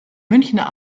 münchner